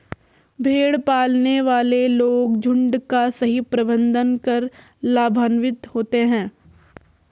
भेड़ पालने वाले लोग झुंड का सही प्रबंधन कर लाभान्वित होते हैं